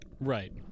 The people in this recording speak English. Right